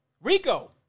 Rico